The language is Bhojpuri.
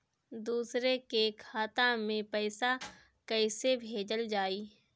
दूसरे के खाता में पइसा केइसे भेजल जाइ?